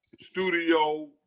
studio